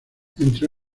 entre